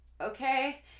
okay